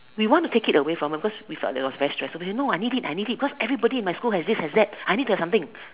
we want to take it away from her because we felt that was very stressful she said no I need it I need it because everybody in my school has this has that I need to have something